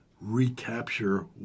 recapture